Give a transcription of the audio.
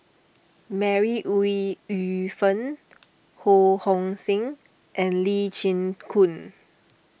Mary Ooi Yu Fen Ho Hong Sing and Lee Chin Koon